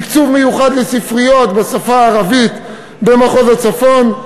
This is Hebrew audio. תקצוב מיוחד לספריות בשפה הערבית במחוז הצפון.